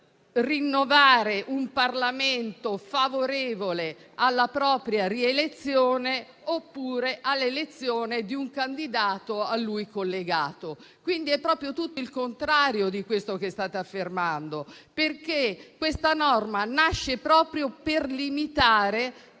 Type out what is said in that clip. rinnovare un Parlamento favorevole alla propria rielezione oppure all'elezione di un candidato a lui collegato. Quindi, è proprio tutto il contrario di quello che state affermando, perché questa norma nasce proprio per limitare